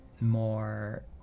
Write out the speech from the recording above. more